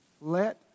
Let